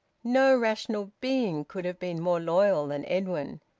no rational being could have been more loyal than edwin,